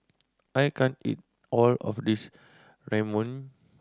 I can't eat all of this Ramyeon